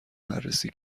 بررسی